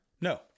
No